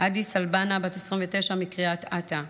אדיסי אלבנה, בת 29 מקריית אתא,